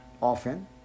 often